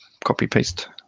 copy-paste